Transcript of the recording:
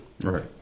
Right